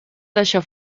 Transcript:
deixar